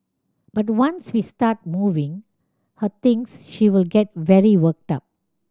but once we start moving her things she will get very worked up